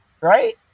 right